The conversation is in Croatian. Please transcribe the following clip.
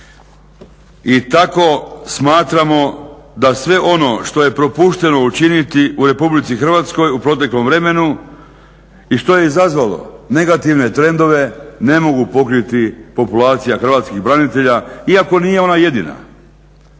I tako smatramo da sve ono što je propušteno učiniti u RH u proteklom vremenu i što je izazvalo negativne trendove ne mogu pokriti populacija hrvatskih branitelja iako nije ona jedina.